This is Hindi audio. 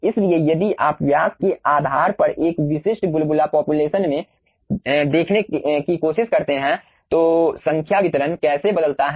इसलिए यदि आप व्यास के आधार पर एक विशिष्ट बुलबुला पापुलेशन में देखने की कोशिश करते हैं तो संख्या वितरण कैसे बदलता है